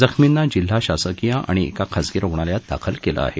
जखमींना जिल्हा शासकीय आणि एका खाजगी रुग्णालयात दाखल केलं आहे